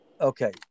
Okay